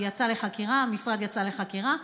המשרד יצא לחקירה.